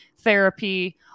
therapy